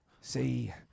See